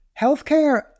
healthcare